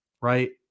Right